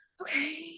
okay